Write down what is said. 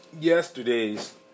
yesterday's